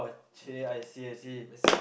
!chey! I see I see